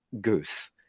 goose